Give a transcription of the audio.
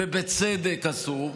ובצדק אסור.